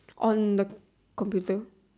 on the computer